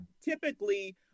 typically